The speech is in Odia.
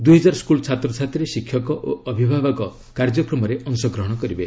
ଦୁଇହଜାର ସ୍କୁଲ ଛାତ୍ରଛାତ୍ରୀ ଶିକ୍ଷକ ଓ ଅଭିଭାବକ କାର୍ଯ୍ୟକ୍ରମରେ ଅଂଶଗ୍ରହଣ କରିବେ